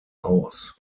aus